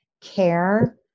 care